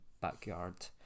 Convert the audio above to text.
backyard